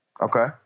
Okay